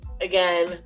Again